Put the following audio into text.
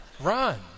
run